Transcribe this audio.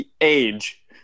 Age